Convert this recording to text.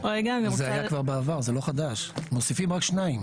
זה היה כבר בעבדר, זה לא חדש, מוסיפים רק שניים.